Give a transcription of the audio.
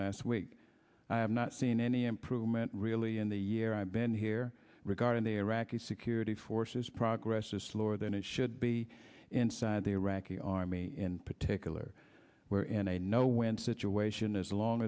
last week i have not seen any improvement really in the year i've been here regarding the iraqi security forces progress is slower than it should be inside the iraqi army in particular we're in a no win situation as long